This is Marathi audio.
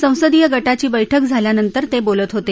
संसदीय गटाची बैठक झाल्यानंतर ते बोलत होते